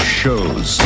shows